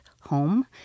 home